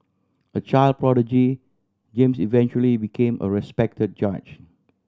a child prodigy James eventually became a respect judge